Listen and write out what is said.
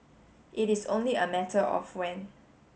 it is only a matter of when